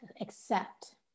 accept